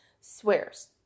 swears